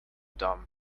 dumb